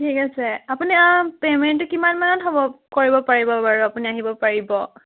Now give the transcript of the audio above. ঠিক আছে আপুনি পেইমেণ্টটো কিমান মানত হ'ব কৰিব পাৰিব বাৰু আপুনি আহিব পাৰিব